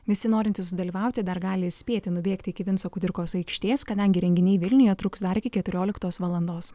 visi norintys sudalyvauti dar gali spėti nubėgti iki vinco kudirkos aikštės kadangi renginiai vilniuje truks dar iki keturioliktos valandos